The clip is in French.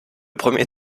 premier